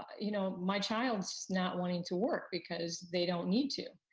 you know my child's not wanting to work because they don't need to.